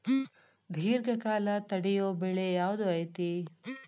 ದೇರ್ಘಕಾಲ ತಡಿಯೋ ಬೆಳೆ ಯಾವ್ದು ಐತಿ?